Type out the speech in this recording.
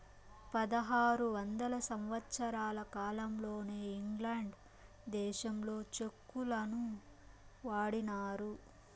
పదహారు వందల సంవత్సరాల కాలంలోనే ఇంగ్లాండ్ దేశంలో చెక్కులను వాడినారు